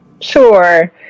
Sure